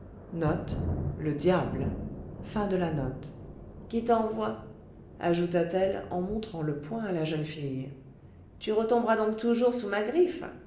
qui t'envoie ajouta-t-elle en montrant le poing à la jeune fille tu retomberas donc toujours sous ma griffe